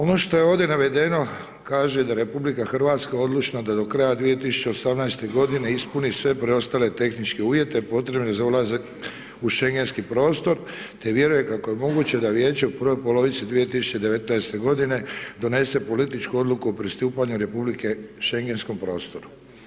Ono što je ovdje navedeno kaže da je RH odlučna da do kraja 2018.-te godine ispuni sve preostale tehničke uvjete potrebne za ulazak u Šengenski prostor, te vjeruje kako je moguće da Vijeće da u prvoj polovici 2019.-te godine donese političku odluku o pristupanju Republike Šengenskom prostoru.